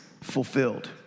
fulfilled